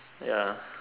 ya